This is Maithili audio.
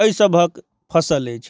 एहि सभक फसल अछि